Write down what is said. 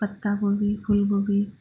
पत्ता कोबी फुल गोबी